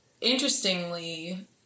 interestingly